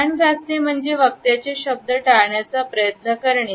कान घासणे म्हणजे वक्ताचे शब्द टाळण्याचा प्रयत्न करणे